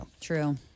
True